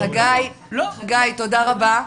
חגי, תודה רבה.